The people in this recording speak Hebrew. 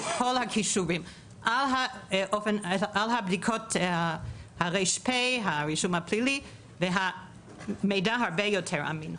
הכישורים על הבדיקות הרישום הפלילי והמידע הרבה יותר מאין,